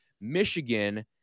Michigan